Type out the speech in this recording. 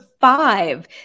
five